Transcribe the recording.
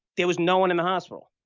there was no one in the hospital.